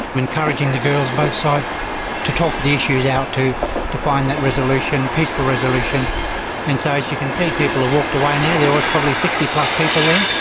encouraging the girls both sides to talk the issues out, to to find that resolution, peaceful resolution and so, as you can see people have walked away now. there was probably sixty plus people there,